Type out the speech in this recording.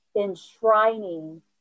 enshrining